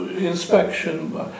inspection